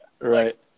right